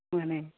मोनो